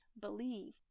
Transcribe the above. believe